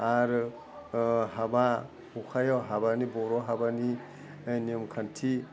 आरो हाबा हुखायाव हाबानि बर' हाबानि नेमखान्थि